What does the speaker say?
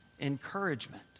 encouragement